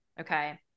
okay